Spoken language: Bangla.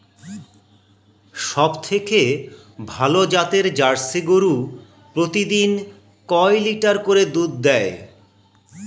সবথেকে ভালো জাতের জার্সি গরু প্রতিদিন কয় লিটার করে দুধ দেয়?